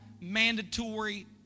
mandatory